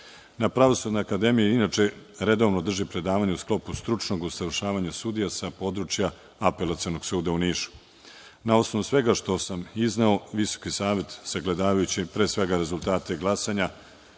Na Pravosudnoj akademiji redovno drži predavanje u sklopu stručnog usavršavanja sudija sa područja Apelacionog suda u Nišu. Na osnovu svega što sam izneo Visoki savet sagledavajući rezultate glasanja